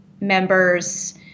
members